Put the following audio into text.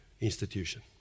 institution